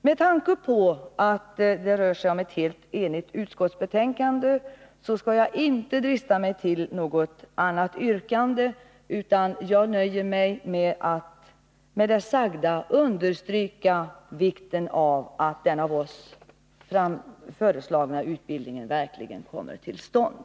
Med tanke på att det rör sig om ett helt enigt utskott skall jag inte drista mig tillatt framföra något eget yrkande, utan jag nöjer mig med att med det sagda understryka vikten av att den av oss föreslagna utbildningen verkligen kommer till stånd.